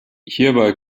hierbei